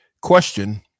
question